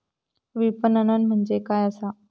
विपणन म्हणजे काय असा?